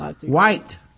white